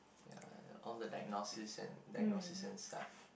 ya all the diagnoses and diagnoses and stuff